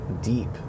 deep